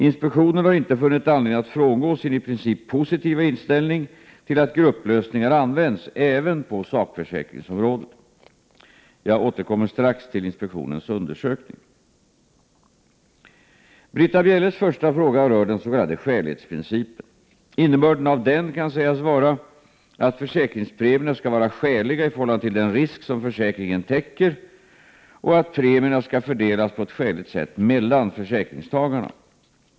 Inspektionen har inte funnit anledning att frångå sin i princip positiva inställning till att grupplösningar används även på sakförsäkringsområdet. Jag återkommer strax till inspektionens undersökning. Britta Bjelles första fråga rör den s.k. skälighetsprincipen. Innebörden av den kan sägas vara att försäkringspremierna skall vara skäliga i förhållande till den risk som försäkringen täcker och att premierna skall fördelas på ett skäligt sätt mellan försäkringstagarna.